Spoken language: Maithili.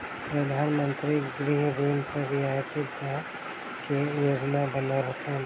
प्रधान मंत्री गृह ऋण पर रियायत दय के योजना बनौलैन